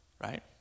right